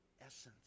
essence